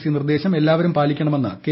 C നിർദ്ദേശം എല്ലാവരും പാലിക്കണമെന്ന് കെ